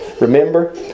Remember